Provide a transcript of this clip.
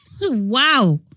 Wow